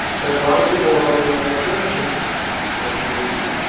there's a lot of people running around in church, its spiritual loser